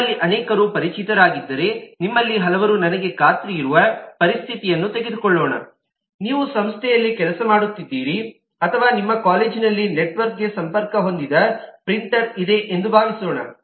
ನಿಮ್ಮಲ್ಲಿ ಅನೇಕರು ಪರಿಚಿತರಾಗಿರದಿದ್ದರೆ ನಿಮ್ಮಲ್ಲಿ ಹಲವರು ನನಗೆ ಖಾತ್ರಿಯಿರುವ ಪರಿಸ್ಥಿತಿಯನ್ನು ತೆಗೆದುಕೊಳ್ಳೋಣ ನೀವು ಸಂಸ್ಥೆಯಲ್ಲಿ ಕೆಲಸ ಮಾಡುತ್ತಿದ್ದೀರಿ ಅಥವಾ ನಿಮ್ಮ ಕಾಲೇಜಿನಲ್ಲಿ ನೆಟ್ವರ್ಕ್ಗೆ ಸಂಪರ್ಕ ಹೊಂದಿದ ಪ್ರಿಂಟರ್ ಇದೆ ಎಂದು ಭಾವಿಸೋಣ